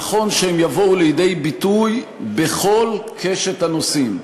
נכון שהם יבואו לידי ביטוי בכל קשת הנושאים.